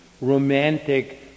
romantic